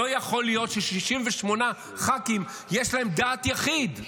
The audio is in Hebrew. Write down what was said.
לא יכול להיות של-68 ח"כים יש דעת יחיד,